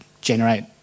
generate